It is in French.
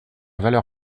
valeur